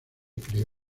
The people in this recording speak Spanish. creó